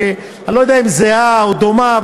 אני לא יודע אם זהה או דומה,